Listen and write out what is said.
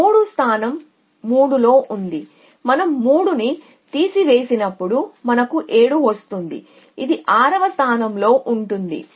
కాబట్టి 3 స్థానం 3 లో ఉంది మనం 3 ను తీసివేసినప్పుడు మనకు 7 వస్తుంది ఇది 6 వ స్థానంలో ఉంటుంది